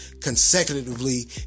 consecutively